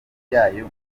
yayo